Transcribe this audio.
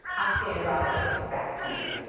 i'm sandra ali. back to you.